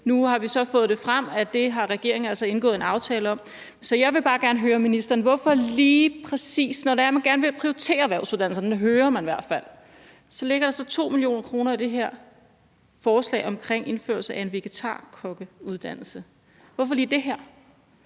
Nu har vi altså så fået frem, at det har regeringen indgået en aftale om. Så jeg vil bare gerne høre ministeren, hvorfor der lige præcis, når man gerne vil prioritere erhvervsuddannelserne – det hører man i hvert fald – i det her forslag ligger 2 mio. kr. til en indførelse af en vegetarkokkeuddannelse. Hvorfor lige det?